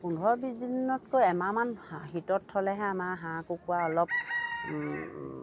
পোন্ধৰ বিছ দিনতকৈ এমাহমান হীটত থ'লেহে আমাৰ হাঁহ কুকুৰা অলপ